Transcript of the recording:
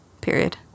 period